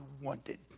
wanted